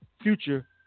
Future